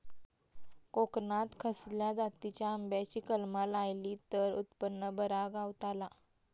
कोकणात खसल्या जातीच्या आंब्याची कलमा लायली तर उत्पन बरा गावताला?